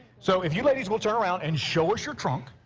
so if you ladies will turn around and show us your trunk.